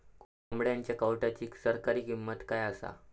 कोंबड्यांच्या कावटाची सरासरी किंमत काय असा?